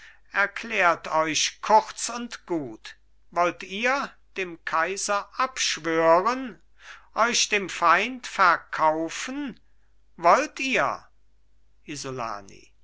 erklärt euch kurz und gut wollt ihr dem kaiser abschwören euch dem feind verkaufen wollt ihr isolani